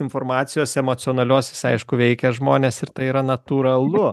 informacijos emocionaliosios aišku veikia žmones ir tai yra natūralu